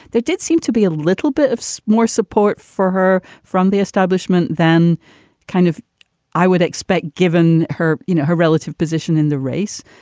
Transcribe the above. there did seem to be a little bit of so more support for her from the establishment than kind of i would expect, given her, you know, her relative position in the race.